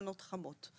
מנות חמות.